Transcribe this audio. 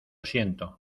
siento